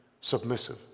submissive